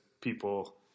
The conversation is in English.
people